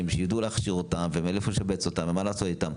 שידעו להכשיר אותם ואיפה לשבץ אותם ומה לעשות איתם.